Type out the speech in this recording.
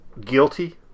guilty